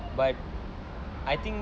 but I think